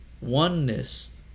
Oneness